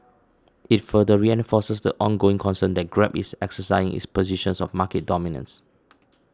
it further reinforces the ongoing concern that Grab is exercising its position of market dominance